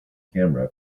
camera